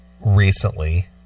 recently